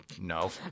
No